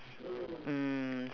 mm